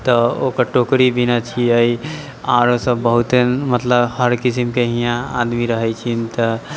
तऽ ओकर टोकरी बिनै छियै आरो सब बहुत मतलब हर किसिमके हियाँ आदमी रहै छै तऽ